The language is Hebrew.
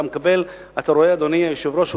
אתה רואה, אדוני היושב-ראש,